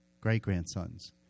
great-grandsons